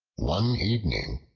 one evening,